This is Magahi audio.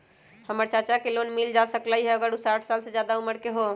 हमर चाचा के लोन मिल जा सकलई ह अगर उ साठ साल से जादे उमर के हों?